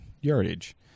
yardage